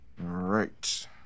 right